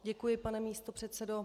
Děkuji, pane místopředsedo.